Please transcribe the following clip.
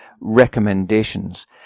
recommendations